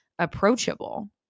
approachable